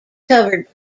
covered